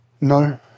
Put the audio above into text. No